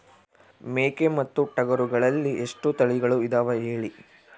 ಮೇಕೆ ಮತ್ತು ಟಗರುಗಳಲ್ಲಿ ಎಷ್ಟು ತಳಿಗಳು ಇದಾವ ಹೇಳಿ?